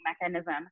mechanism